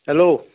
hello